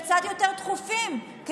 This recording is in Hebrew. אבל יש חוקים שהם קצת יותר דחופים כדי